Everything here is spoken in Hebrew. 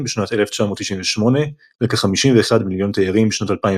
בשנת 1998 לכ-51 מיליון תיירים בשנת 2011.